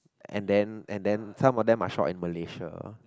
and then and then some of them are stroke in Malaysia